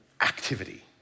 activity